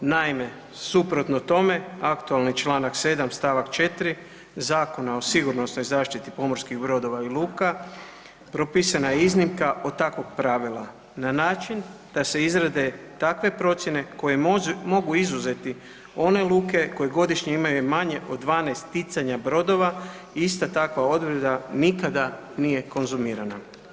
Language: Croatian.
Naime, suprotno tome aktualni članak 7. Stavak 4. Zakona o sigurnosnoj zaštiti pomorskih brodova i luka propisana je iznimka od takvog pravila na način da se izrade takve procjene koje mogu izuzeti one luke koje imaju godišnje manje od 12 ticanja brodova i ista takva odredba nikada nije konzumirana.